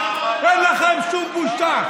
אין לכם שום בושה.